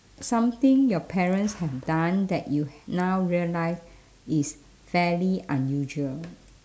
something your parents have done that you now realise is fairly unusual